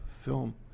film